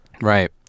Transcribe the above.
right